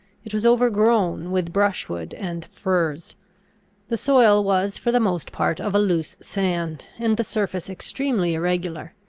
it was overgrown with brushwood and furze the soil was for the most part of a loose sand and the surface extremely irregular.